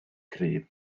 cryf